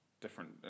different